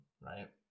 Right